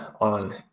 on